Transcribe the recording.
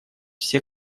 все